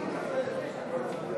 התשע"ו 2016,